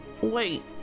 wait